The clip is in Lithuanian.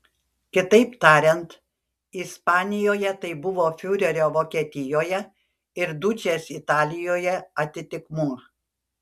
kitaip tariant ispanijoje tai buvo fiurerio vokietijoje ir dučės italijoje atitikmuo